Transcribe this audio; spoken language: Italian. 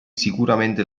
sicuramente